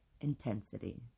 intensity